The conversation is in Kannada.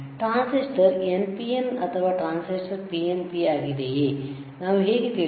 ಟ್ರಾನ್ಸಿಸ್ಟರ್ NPN ಅಥವಾ ಟ್ರಾನ್ಸಿಸ್ಟರ್ PNP ಆಗಿದೆಯೇ ನಾವು ಹೇಗೆ ತಿಳಿಯಬಹುದು